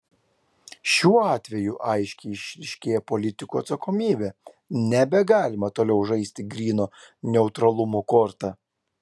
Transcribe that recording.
šiuo atveju aiškiai išryškėja politikų atsakomybė nebegalima toliau žaisti gryno neutralumo korta